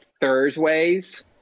thursdays